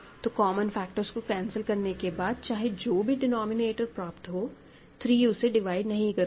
तो common factors को cancel करने के बाद चाहे जो भी डिनोमिनेटर प्राप्त हो 3 उसे डिवाइड नहीं करता है